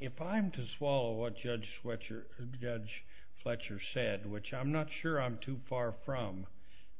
if i'm to swallow what judge which or judge fletcher said which i'm not sure i'm too far from